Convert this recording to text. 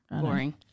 Boring